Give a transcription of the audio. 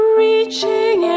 reaching